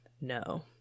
No